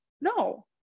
No